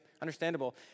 Understandable